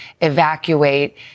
evacuate